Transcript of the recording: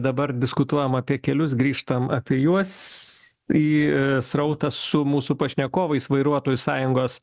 dabar diskutuojam apie kelius grįžtam apie juos į srautą su mūsų pašnekovais vairuotojų sąjungos